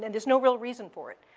and there's no real reason for it.